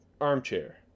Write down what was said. armchair